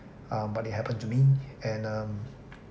um but it happen to me and uh